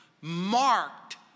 marked